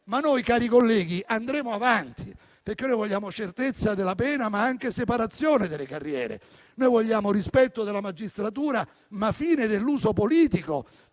e positive. E noi andremo avanti, perché vogliamo certezza della pena, ma anche separazione delle carriere. Noi vogliamo rispetto della magistratura, ma anche la fine dell'uso politico